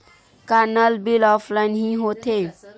का नल bill offline हि होथे?